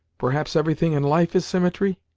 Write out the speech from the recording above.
perhaps everything in life is symmetry?